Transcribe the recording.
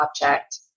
object